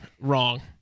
Wrong